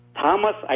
Thomas